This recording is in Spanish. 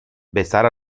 besar